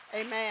Amen